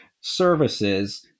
services